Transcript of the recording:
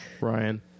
Ryan